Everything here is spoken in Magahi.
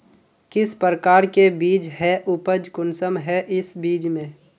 किस प्रकार के बीज है उपज कुंसम है इस बीज में?